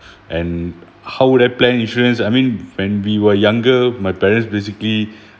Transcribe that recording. and how would I plan insurance I mean when we were younger my parents basically